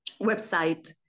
website